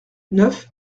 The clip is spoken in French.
neuf